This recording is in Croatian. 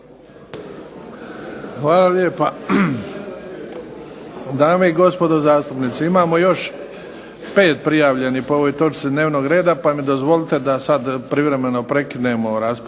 Hvala lijepa. Dame i gospodo zastupnici, imamo još pet prijavljenih po ovoj točci dnevnog reda pa mi dozvolite da sad privremeno prekinemo raspravu